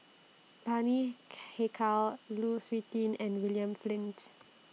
Bani Haykal Lu Suitin and William Flint